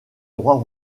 droit